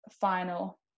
final